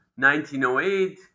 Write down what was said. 1908